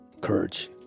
Courage